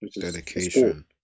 Dedication